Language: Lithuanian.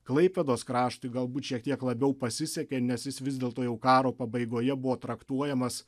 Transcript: klaipėdos kraštui galbūt šiek tiek labiau pasisekė nes jis vis dėlto jau karo pabaigoje buvo traktuojamas